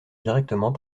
directement